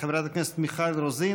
חברת הכנסת מיכל רוזין,